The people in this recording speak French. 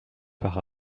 par